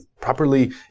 properly